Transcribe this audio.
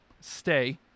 Stay